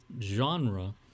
genre